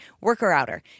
Worker-outer